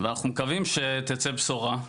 ואנחנו מקווים שתצא בשורה,